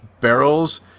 barrels